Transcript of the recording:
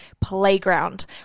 playground